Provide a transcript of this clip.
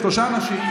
שלושה אנשים,